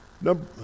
Number